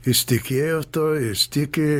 jis tikėjo tuo jis tiki